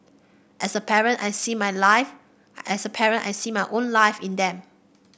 as a parent I see my life as a parent I see my own life in them